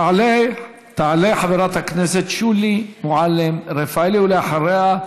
תעלה חברת הכנסת שולי מועלם-רפאלי, ואחריה,